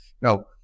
Now